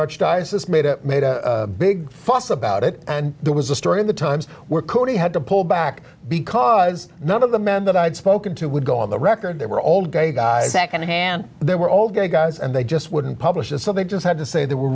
archdiocese made it made a big fuss about it and there was a story in the times were cody had to pull back because none of the men that i'd spoken to would go on the record they were all gay guys secondhand they were all gay guys and they just wouldn't publish it so they just had to say there were